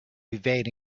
evade